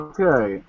Okay